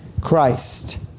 Christ